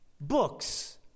books